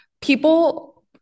people